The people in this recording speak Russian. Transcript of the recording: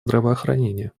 здравоохранения